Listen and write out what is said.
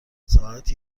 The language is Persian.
ساعت